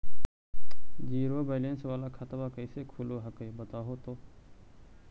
Zero balance वाला खतवा कैसे खुलो हकाई बताहो तो?